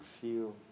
feel